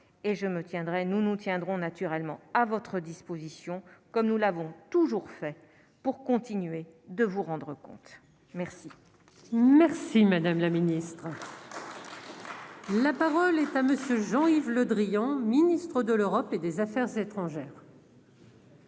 et je me tiendrai nous nous tiendrons naturellement à votre disposition, comme nous l'avons toujours fait pour continuer de vous rendre compte, merci. Merci, Madame la Ministre. La parole est à monsieur Jean-Yves Le Drian, ministre de l'Europe et des Affaires étrangères.